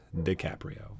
DiCaprio